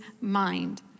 mind